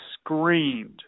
screamed